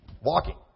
walking